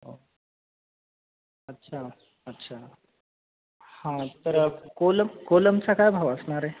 हो अच्छा अच्छा हां तर कोलम कोलमचा काय भाव असणार आहे